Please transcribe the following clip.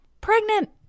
pregnant